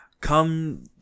Come